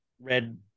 red